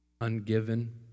ungiven